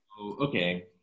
okay